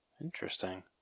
Interesting